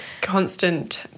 constant